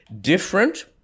different